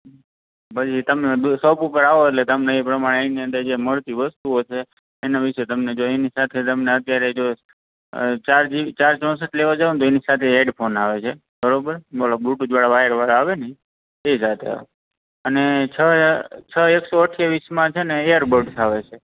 પછી તમે the shop ઉપર આવો એટલે તમને એ પ્રમાણે એની અંદર જે મળતી વસ્તુઓ છે એના વિશે તમને જો એની સાથે તમને અત્યારે જો અ ચાર જી ચાર ચોંસઠ લેવા જાવ ને તો એની સાથે હેડફોન આવે છે બરાબર પેલા બ્લુટૂથવાળા વાયરવાળા આવે ને એ એ સાથે આવે અને છ અ છ એકસો અઠ્યાવીસમાં છે ને એરબડ્સ આવે છે